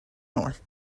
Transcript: north